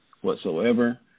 whatsoever